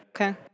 Okay